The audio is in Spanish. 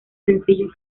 sencillo